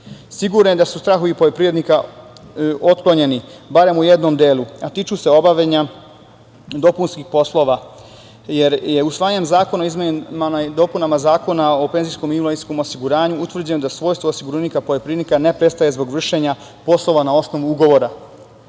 je da su strahovi poljoprivrednika otklonjeni barem u jednom delu, a tiču se obavljanja dopunskih poslova. Usvajanjem Zakona o izmenama i dopunama Zakona o penzijskom i invalidskom osiguranju utvrđeno da svojstvo osiguranika poljoprivrednika ne prestaje zbog vršenja poslova na osnovu ugovora. Što